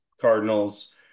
Cardinals